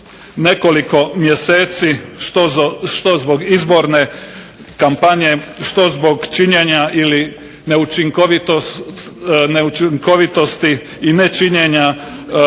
nekoliko mjeseci što zbog izborne kampanje, što zbog činjenja ili neučinkovitosti i nečinjenja